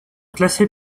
classés